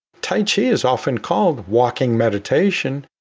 tai chi is often called walking meditation.